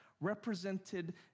represented